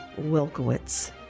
Wilkowitz